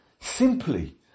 simply